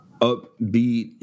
upbeat